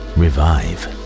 revive